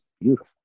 beautiful